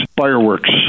fireworks